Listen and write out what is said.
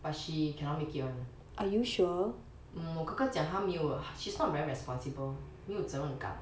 but she cannot make it [one] mm 我哥哥讲她没有 she's not very responsible 没有责任感